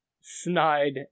snide